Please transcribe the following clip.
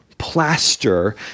plaster